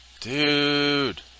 Dude